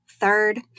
Third